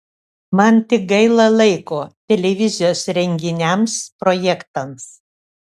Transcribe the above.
man tik gaila laiko televizijos renginiams projektams